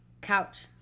Couch